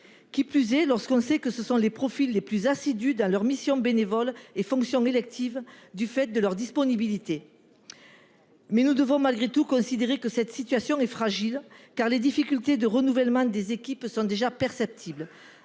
qui plus est lorsque l'on sait que ce sont les profils les plus assidus dans leurs missions bénévoles et fonctions électives, du fait de leur disponibilité. Malgré tout, nous devons considérer que cette situation est fragile, car les difficultés de renouvellement des équipes sont déjà perceptibles,